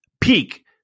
peak